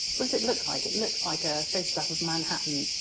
what does it look like? it looks like a photograph of manhattan,